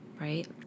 right